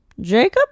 Jacob